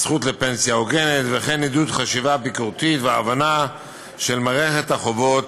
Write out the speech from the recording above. הזכות לפנסיה הוגנת וכן עידוד חשיבה ביקורתית והבנה של מערכת החובות